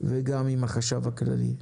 וגם עם החשב הכללי.